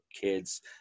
kids